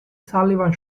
sullivan